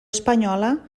espanyola